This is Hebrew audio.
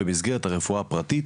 במסגרת הרפואה הפרטית,